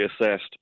assessed